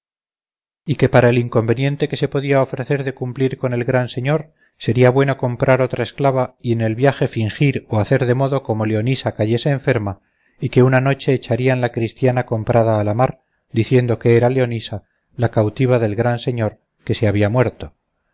y que para el inconveniente que se podía ofrecer de cumplir con el gran señor sería bueno comprar otra esclava y en el viaje fingir o hacer de modo como leonisa cayese enferma y que una noche echarían la cristiana comprada a la mar diciendo que era leonisa la cautiva del gran señor que se había muerto